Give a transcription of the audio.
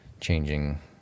changing